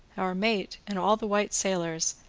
our mate, and all the white sailors,